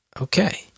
Okay